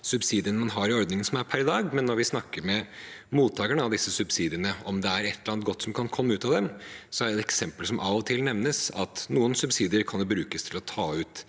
subsidiene man har i ordningen per i dag. Når vi snakker med mottakerne av disse subsidiene og spør om det er et eller annet godt som kan komme ut av dem, er et eksempel som av og til nevnes, at noen subsidier kan brukes til å ta ut